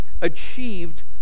achieved